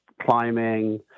climbing